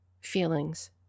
feelings